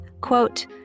quote